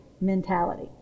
Mentality